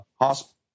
hospital